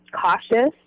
cautious